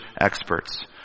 experts